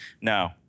no